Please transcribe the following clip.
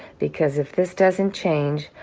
because if this doesn't change,